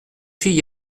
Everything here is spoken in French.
fille